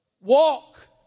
Walk